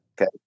okay